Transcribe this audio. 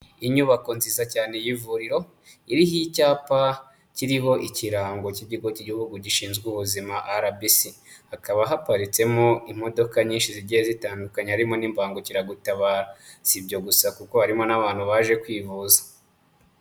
Inyubako nziza cyane y'ivuriro, iriho icyapa kiriho ikirango cy'ikigo cy'igihugu gishinzwe ubuzima RBC, hakaba haparitsemo imodoka nyinshi zigiye zitandukanye harimo n'imbangukiragutabara. Si ibyo gusa kuko harimo n'abantu baje kwivuza.